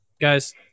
Guys